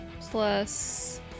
plus